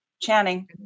Channing